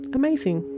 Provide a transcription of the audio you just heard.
amazing